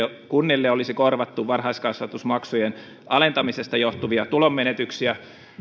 kunnille olisi korvattu varhaiskasvatusmaksujen alentamisesta johtuvia tulonmenetyksiä